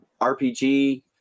rpg